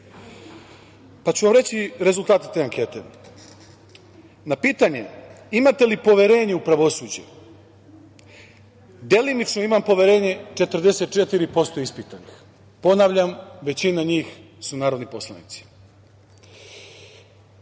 pa ću vam reći rezultate te ankete. Na pitanje - imate li poverenje u pravosuđe, delimično imam poverenje 44% ispitanih. Ponavljam, većina njih su narodni poslanici.